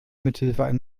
mithilfe